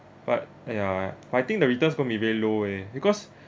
but !aiya! but I think the returns going to be very low eh because